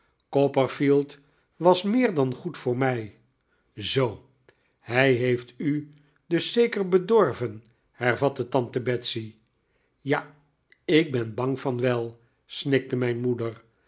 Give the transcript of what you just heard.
copperfield was meer dan goed voor mij zoo hij heeft u dus zeker bedorven hervatte tante betsey ja ik ben bang van wel snikte mijn moeder